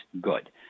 good